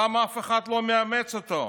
למה אף אחד לא מאמץ אותו?